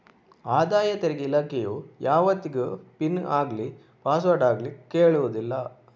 ಆದಾಯ ತೆರಿಗೆ ಇಲಾಖೆಯು ಯಾವತ್ತಿಗೂ ಪಿನ್ ಆಗ್ಲಿ ಪಾಸ್ವರ್ಡ್ ಆಗ್ಲಿ ಕೇಳುದಿಲ್ಲ